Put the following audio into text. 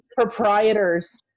Proprietors